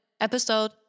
Episode